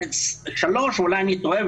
שלוש אולי אני טועה,